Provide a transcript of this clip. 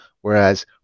whereas